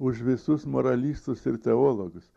už visus moralistus ir teologus